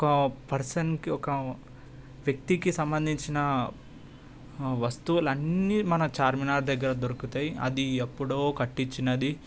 ఒక పర్సన్కి ఒక వ్యక్తికి సంబంధించిన వస్తువులన్నీ మన చార్మినార్ దగ్గర దొరుకుతాయి అది ఎప్పుడో కట్టించినది